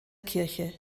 kirche